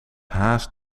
haast